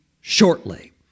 shortly